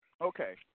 Okay